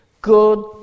good